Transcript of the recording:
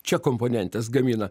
čia komponentes gamina